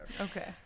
Okay